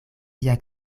tia